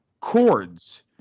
chords